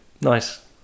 Nice